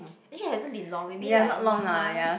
actually it hasn't been long maybe like one month